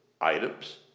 items